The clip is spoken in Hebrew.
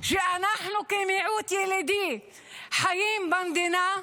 שאנחנו כמיעוט ילידי חיים במדינה,